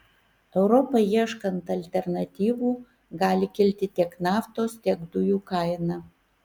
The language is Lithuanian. europai ieškant alternatyvų gali kilti tiek naftos tiek dujų kaina